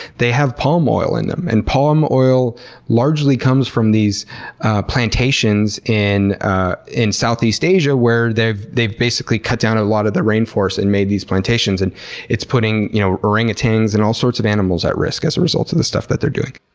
they have palm oil in them, and palm oil largely comes from these ah plantations in ah in southeast asia where they've they've basically cut down a lot of the rainforest and made these plantations and it's putting you know orangutans and all sorts of animals at risk as a result of the stuff that they're doing.